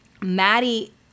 Maddie